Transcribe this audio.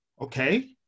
okay